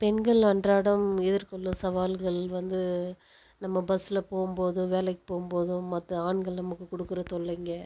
பெண்கள் அன்றாடம் எதிர்கொள்ளும் சவால்கள் வந்து நம்ம பஸ்ஸில் போகும் போது வேலைக்கு போகும் போதும் மற்ற ஆண்கள் நமக்கு கொடுக்குற தொல்லைங்க